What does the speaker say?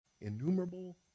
innumerable